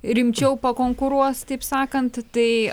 rimčiau pakonkuruos taip sakant tai